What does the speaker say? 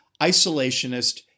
isolationist